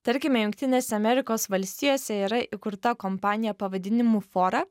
tarkime jungtinėse amerikos valstijose yra įkurta kompanija pavadinimu fora